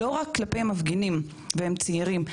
לא רק כלפי מפגינים, והם צעירים.